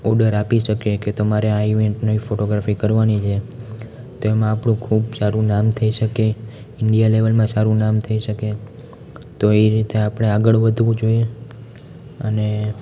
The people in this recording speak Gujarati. ઓડર આપી શકે કે તમારે આ ઇવેંટની ફોટોગ્રાફી કરવાની છે તો એમાં આપણું ખૂબ સારું નામ થઈ શકે ઈન્ડિયા લેવલમાં સારું નામ થઈ શકે તો એ રીતે આપણે આગળ વધવું જોઈએ અને